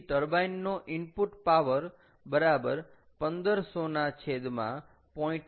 તેથી ટર્બાઈન નો input power બરાબર 1500 ના છેદમાં 0